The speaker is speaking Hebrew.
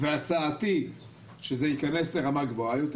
והצעתי שזה יכנס לרמה גבוהה יותר,